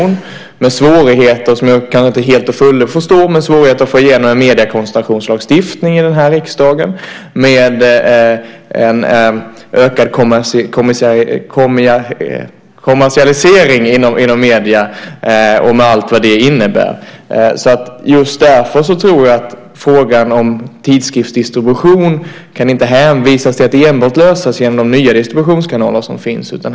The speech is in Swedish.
Men det är svårigheter, som jag kanske inte till fullo förstår, att få igenom en mediekoncentrationslagstiftning i den här riksdagen. Det är en ökad kommersialisering inom medierna, med allt vad det innebär. Just därför tror jag att frågan om tidskriftsdistribution inte kan hänvisas till att enbart lösas genom de nya distributionskanaler som finns.